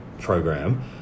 program